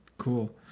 cool